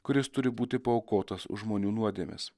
kuris turi būti paaukotas už žmonių nuodėmes